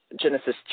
genesis